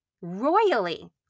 royally